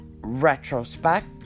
retrospect